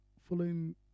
following